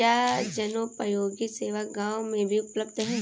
क्या जनोपयोगी सेवा गाँव में भी उपलब्ध है?